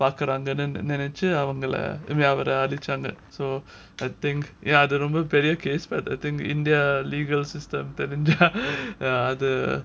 பார்க்குறாங்கனு நினைச்சு அவங்கள அவரை அழிச்சாங்க:pakuranganu nenachi avangala avara azhichanga so I think ya the ரொம்ப பெரிய:romba peria case but the I think india legal system தெரிஞ்சா அது:therinja adhu